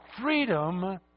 freedom